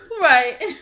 Right